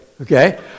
okay